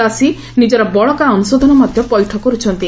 ଚାଷୀ ନିଜର ବଳକା ଅଂଶଧନ ମଧ୍ୟ ପଇଠ କର୍ଛନ୍ତି